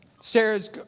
Sarah's